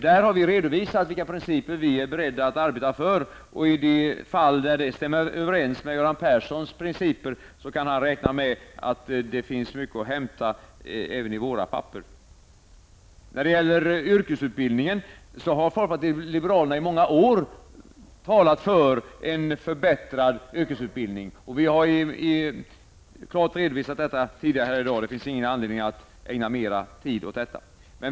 Där har vi redovisat vilka principer vi är beredda att arbeta för. I de fall där de stämmer överens med Göran Perssons principer, kan han räkna med att det finns mycket att hämta även i våra papper. Folkpartiet liberalerna har i många år talat om en förbättrad yrkesutbildning. Vi har klart redovisat detta tidigare i dag. Det finns ingen anledning att ägna mer tid åt det.